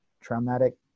traumatic